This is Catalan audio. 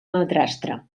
madrastra